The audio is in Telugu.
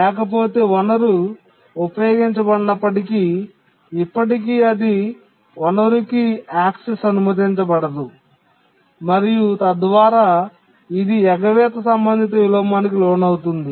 లేకపోతే వనరు ఉపయోగించబడనప్పటికీ ఇప్పటికీ అది వనరుకి ప్రాప్యతను అనుమతించదు మరియు తద్వారా ఇది ఎగవేత సంబంధిత విలోమానికి లోనవుతుంది